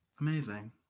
Amazing